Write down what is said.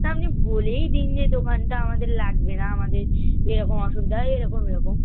তা আপনি বলেই দিন যে দোকানটা আমাদের লাগবে না আমাদের এরকম অসুবিধা এরকম এরকম